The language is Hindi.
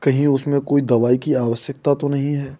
कहीं उसमें कोई दवाई की आवश्यकता तो नहीं है